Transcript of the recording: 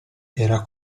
era